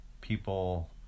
people